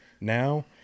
Now